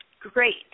great